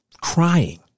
crying